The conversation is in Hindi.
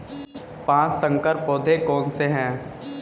पाँच संकर पौधे कौन से हैं?